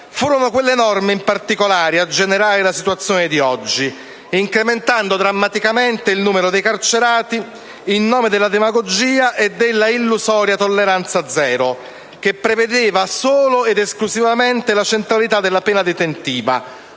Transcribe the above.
Furono quelle norme, in particolare, a generare la situazione di oggi, incrementando drammaticamente il numero dei carcerati in nome della demagogia e della illusoria tolleranza zero, che prevedeva solo ed esclusivamente la centralità della pena detentiva